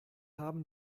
haben